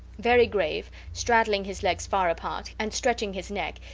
very grave, straddling his legs far apart, and stretching his neck,